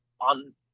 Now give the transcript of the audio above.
on